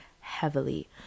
heavily